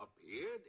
appeared